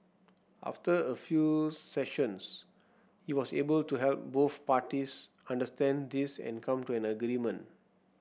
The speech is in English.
after a few sessions he was able to help both parties understand this and come to an agreement